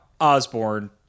Osborne